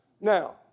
Now